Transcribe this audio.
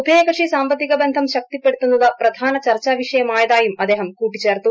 ഉഭയകക്ഷി സാമ്പത്തിക ബന്ധം ശക്തിപ്പെടുത്തുന്നത് പ്രധാന ചർച്ചാവിഷ്ടയമായതായി അദ്ദേഹം കൂട്ടിച്ചേർത്തു